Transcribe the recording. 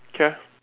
K ah